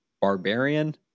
Barbarian